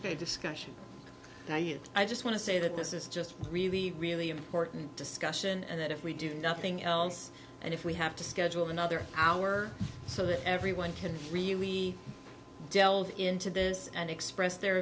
a discussion i just want to say that this is just really really important discussion and that if we do nothing else and if we have to schedule another hour so that everyone can really delve into this and express their